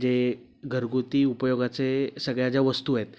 जे घरगुती उपयोगाचे सगळ्या ज्या वस्तू आहेत